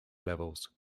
levels